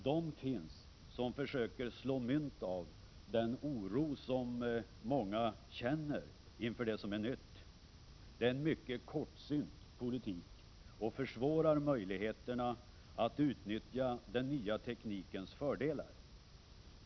De finns, som försöker slå politiskt mynt av den oro som många känner inför det som är nytt. Det är en mycket kortsynt politik, och den försvårar möjligheterna att utnyttja den nya teknikens fördelar.